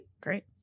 Great